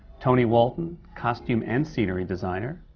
tony walton, costume and scenery designer.